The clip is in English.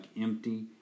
empty